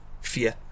fear